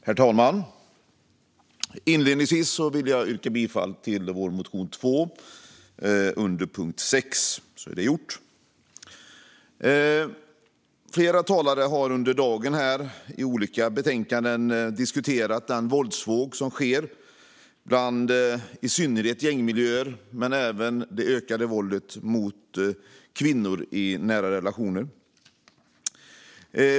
Herr talman! Inledningsvis vill jag yrka bifall till vår reservation 2 under punkt 6, så är det gjort. Flera talare har under dagen i debatten om olika betänkanden diskuterat den våldsvåg som finns i synnerhet i gängmiljöer men även det ökade våldet mot kvinnor i nära relationer.